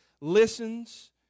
listens